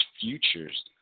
futures